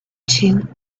two